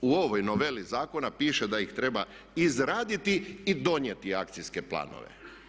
U ovoj noveli zakona piše da ih treba izraditi i donijeti akcijske planove.